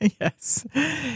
Yes